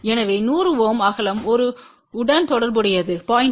எனவே 100 Ω அகலம் 1 உடன் தொடர்புடையது 0